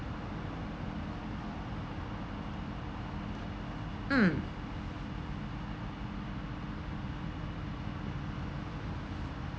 mm